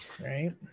Right